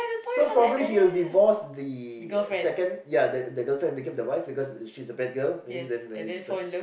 so probably he will divorce the second yeah the girlfriend became the wife because she's the bad girl maybe then marry this one